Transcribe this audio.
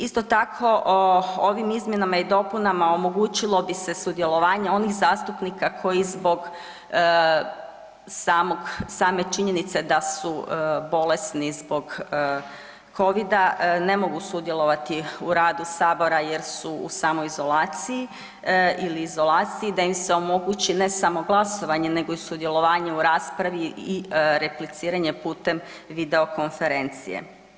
Isto tako ovim izmjenama i dopunama omogućilo bi se sudjelovanje onih zastupnika koji zbog samog, same činjenice da su bolesni zbog Covida ne mogu sudjelovati u radu sabora jer su u samoizolaciji ili izolaciji, da im se omogući ne samo glasovanje nego i sudjelovanje u raspravi i repliciranje putem video konferencije.